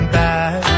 back